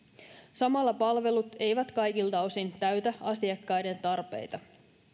samalla palvelut eivät kaikilta osin täytä asiakkaiden tarpeita